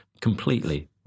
completely